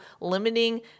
limiting